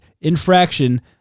infraction